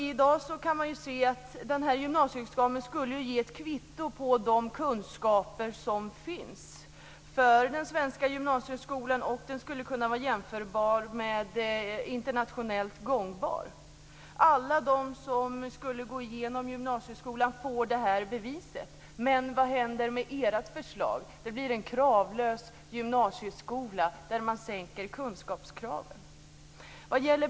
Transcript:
I dag skulle en gymnasieexamen ge ett kvitto på de kunskaper som finns att få i den svenska gymnasieskolan, och den skulle vara jämförbar och internationellt gångbar. Alla de som går igenom gymnasieskolan får det beviset. Men vad händer med ert förslag? Det blir en kravlös gymnasieskola där man sänker kunskapskraven.